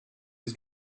was